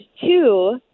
two